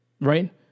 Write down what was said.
right